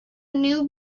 new